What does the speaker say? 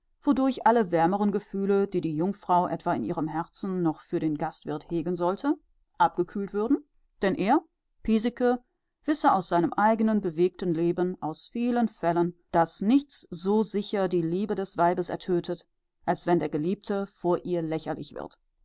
wodurch alle wärmeren gefühle die die jungfrau etwa in ihrem herzen noch für den gastwirt hegen sollte abgekühlt werden würden denn er piesecke wisse aus seinem eigenen bewegten leben aus vielen fällen daß nichts so sicher die liebe des weibes ertötet als wenn der geliebte vor ihr lächerlich wird